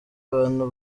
bantu